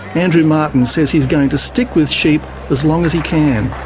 andrew martin says he's going to stick with sheep as long as he can.